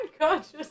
unconscious